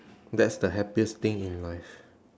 that's the happiest thing in life